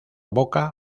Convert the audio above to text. boca